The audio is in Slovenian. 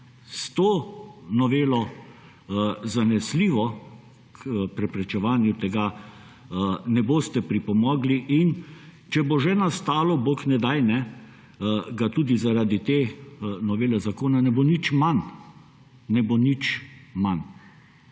S to novelo zanesljivo k preprečevanju tega ne boste pripomogli. In če bo že nastalo, bog ne daj, ga tudi zaradi te novele zakona ne bo nič manj. Nič manj.